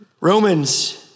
Romans